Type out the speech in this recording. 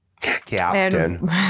Captain